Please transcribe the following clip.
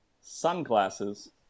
sunglasses